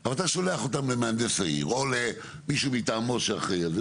או למישהו מטעמו שאחראי על זה,